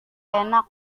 enak